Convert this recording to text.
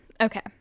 Okay